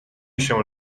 się